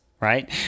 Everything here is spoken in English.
right